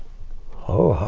oh,